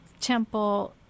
temple